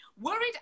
worried